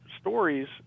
stories